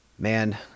Man